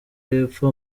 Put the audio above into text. y’epfo